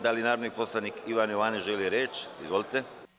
Da li narodni poslanik Ivan Jovanović želi reč? (Da.) Izvolite.